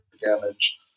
Damage